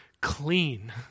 clean